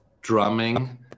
drumming